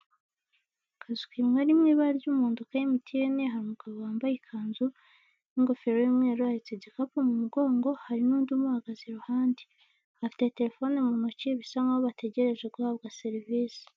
Akazu kari mu ibara ry'umundo ka emutiyeni hari umugabo wambaye ikanzu n'ingofero y'umweru ahetse igikapo mu mugongo hari n'undi umuhagaze iruhande afite telefone mu ntoki bisa nkaho bategereje guhabwa serivisi.